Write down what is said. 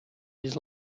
his